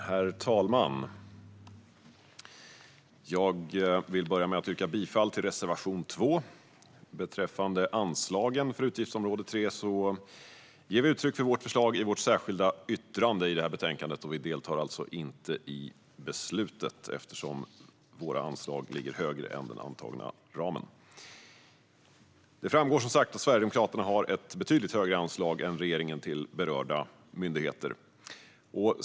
Herr talman! Jag vill börja med att yrka bifall till reservation 2. Beträffande anslagen för utgiftsområde 3 ger vi uttryck för vårt förslag i vårt särskilda yttrande i betänkandet. Vi deltar alltså inte i beslutet, eftersom våra anslag ligger högre än den antagna budgetramen. Det framgår som sagt att Sverigedemokraterna har ett betydligt högre anslag än regeringen till berörda myndigheter.